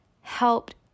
helped